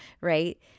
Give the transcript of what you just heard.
right